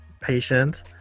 patient